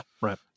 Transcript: Right